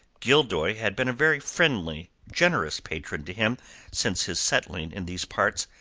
gildoy had been a very friendly, generous patron to him since his settling in these parts.